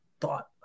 thought